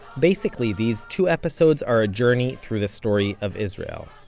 basically these two episodes are a journey through the story of israel.